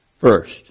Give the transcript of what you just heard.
first